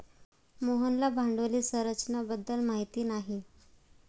मोहनला भांडवली संरचना बद्दल माहिती नाही